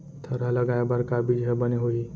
थरहा लगाए बर का बीज हा बने होही?